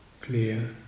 clear